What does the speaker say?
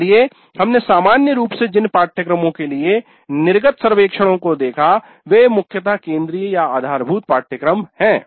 इसलिए हमने सामान्य रूप से जिन पाठ्यक्रमों के लिए निर्गत सर्वेक्षणों को देखा वे मुख्यतः केन्द्रीयआधारभूत पाठ्यक्रम है